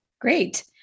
great